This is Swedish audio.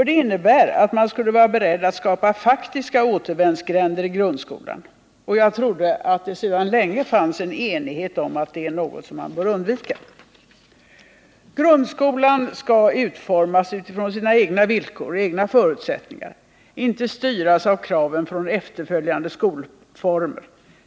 Det innebär nämligen att man skulle vara beredd att skapa faktiska återvändsgränder i grundskolan, och jag trodde att det sedan länge rådde enighet om att det är något som bör undvikas. Grundskolan skall utformas utifrån sina egna villkor och sina egna förutsättningar, inte styras av kraven från efterföljande skolformer.